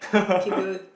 keep you